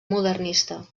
modernista